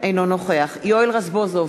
אינו נוכח יואל רזבוזוב,